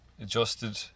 adjusted